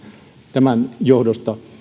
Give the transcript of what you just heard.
tämän johdosta